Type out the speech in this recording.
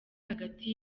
hagati